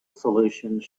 solutions